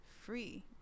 free